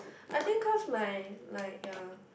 I think cause my like ya